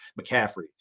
McCaffrey